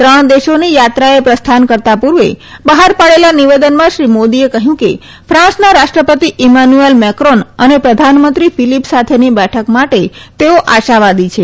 ત્રણ દેશોની થાત્રાએ પ્રસ્થાન કરતા પૂર્વે બહાર પાડેલા નિવેદનમાં શ્રી મોદીએ કહ્યું કે ફાન્સના રાષ્ટ્રપતિ ઈમાનુએલ મેક્રોન અને પ્રધાનમંત્રી ફીલીપ સાથેની બેઠક માટે તેઓ આશાવાદી છે